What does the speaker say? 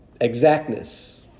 exactness